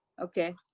Okay